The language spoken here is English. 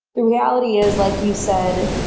the reality is, like you said,